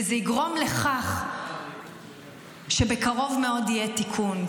וזה יגרום לכך שבקרוב מאוד יהיה תיקון,